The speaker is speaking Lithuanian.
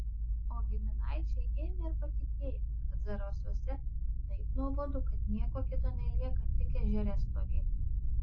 o giminaičiai ėmę ir patikėję jog zarasuose taip nuobodu kad nieko kito nelieka tik ežere stovėti